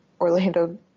Orlando